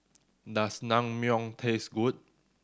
does Naengmyeon taste good